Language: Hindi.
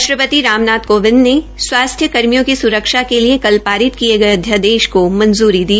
राष्टपति राम नाथ कोविंद ने स्वास्थ्य कर्मियों की स्रक्षा के लिए कल पारित किये गये अध्यादेश को मंज़री दी